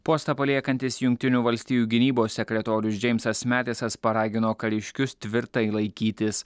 postą paliekantis jungtinių valstijų gynybos sekretorius džeimsas matesas paragino kariškius tvirtai laikytis